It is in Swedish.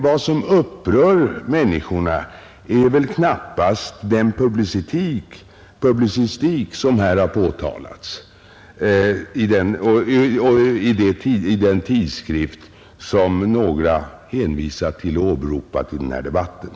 Vad som upprör människorna är knappast den publicistik som bedrivs i den tidskrift ett par talare har hänvisat till i den här debatten.